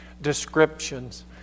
descriptions